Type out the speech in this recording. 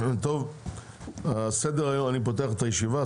בוקר טוב, אני פותח את הישיבה.